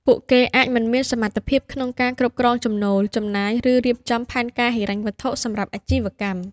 ពួកគេអាចមិនមានសមត្ថភាពក្នុងការគ្រប់គ្រងចំណូល ចំណាយ ឬរៀបចំផែនការហិរញ្ញវត្ថុសម្រាប់អាជីវកម្ម។